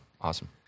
awesome